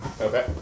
Okay